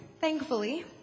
thankfully